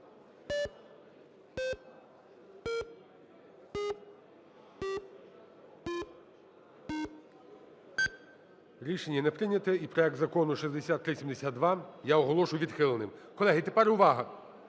Рішення не прийнято. І проект Закону 6372 я оголошую відхиленим. Колеги, тепер увага!